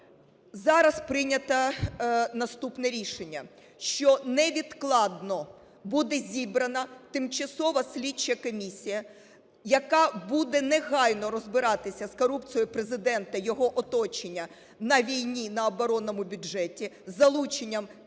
Зараз прийнято наступне рішення, що невідкладно буде зібрана тимчасова слідча комісія, яка буде негайно розбиратися з корупцією Президента, його оточення на війні, на оборонному бюджеті з залученням